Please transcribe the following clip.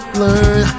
learn